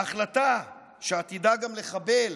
ההחלטה, שעתידה גם לחבל